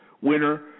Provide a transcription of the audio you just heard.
winner